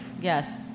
Yes